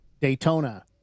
Daytona